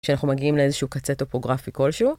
כשאנחנו מגיעים לאיזשהו קצה טופוגרפי כלשהו.